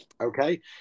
okay